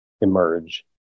emerge